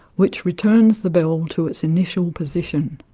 which returns the bell to its initial position.